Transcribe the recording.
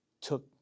took